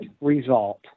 result